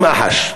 במח"ש.